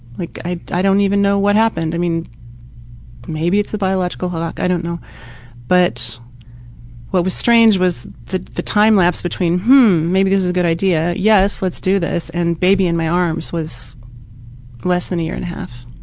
like i i don't even know what happened. i mean maybe it's a biological clock. i don't know but what was strange was the the time lapse between hummm, maybe this a good idea yes, lets do this and baby in my arms was less than a year and a half.